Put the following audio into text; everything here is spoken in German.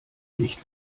nicht